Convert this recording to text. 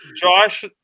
Josh